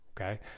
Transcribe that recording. okay